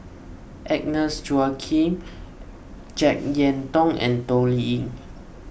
Agnes Joaquim Jek Yeun Thong and Toh Liying